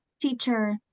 teacher